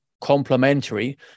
complementary